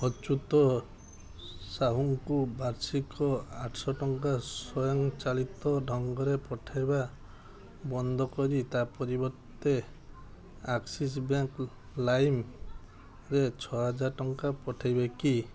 ଅଚ୍ୟୁତ ସାହୁଙ୍କୁ ବାର୍ଷିକ ଆଠଶହ ଟଙ୍କା ସ୍ୱୟଂ ଚାଳିତ ଢ଼ଙ୍ଗରେ ପଠାଇବା ବନ୍ଦ କରି ତା ପରିବର୍ତ୍ତେ ଆକ୍ସିସ୍ ବ୍ୟାଙ୍କ୍ ଲାଇମ୍ରେ ଛଅହଜାର ପଠାଇବେ କି